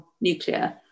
nuclear